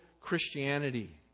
Christianity